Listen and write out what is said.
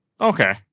okay